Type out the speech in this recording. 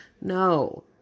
No